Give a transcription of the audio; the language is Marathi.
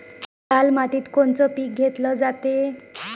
लाल मातीत कोनचं पीक घेतलं जाते?